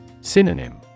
Synonym